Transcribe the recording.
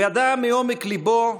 הוא ידע מעומק ליבו,